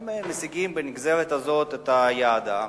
הם משיגים בנגזרת הזאת את יעדם,